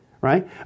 right